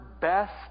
best